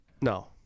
No